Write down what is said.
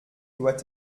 doit